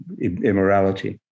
immorality